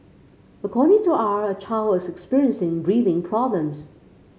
according to R a child was experiencing breathing problems